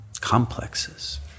complexes